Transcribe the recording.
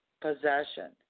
possession